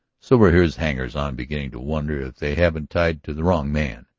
so are his hangers-on beginning to wonder if they haven't tied to the wrong man.